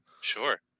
Sure